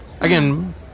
Again